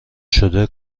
شده